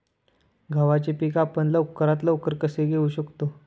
गव्हाचे पीक आपण लवकरात लवकर कसे घेऊ शकतो?